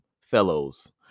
fellows